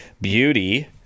Beauty